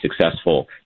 successful